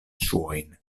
ŝuojn